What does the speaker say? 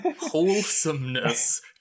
wholesomeness